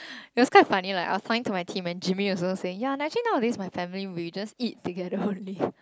it was quite funny lah i was talking to my team then Jimmy also ya actually nowadays my family we just eat together only